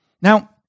Now